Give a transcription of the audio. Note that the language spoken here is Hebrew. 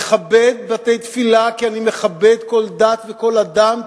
אכבד בתי-תפילה כי אני מכבד כל דת וכל אדם,